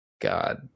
god